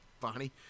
Bonnie